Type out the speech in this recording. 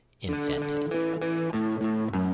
invented